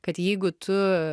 kad jeigu tu